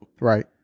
Right